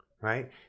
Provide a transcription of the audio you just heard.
right